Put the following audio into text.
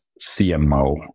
CMO